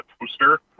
toaster